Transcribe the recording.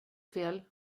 fel